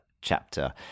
chapter